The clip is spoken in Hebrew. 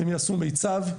הם יעשו מיצ"ב,